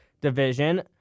Division